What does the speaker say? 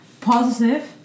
positive